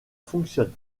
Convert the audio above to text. fonctionne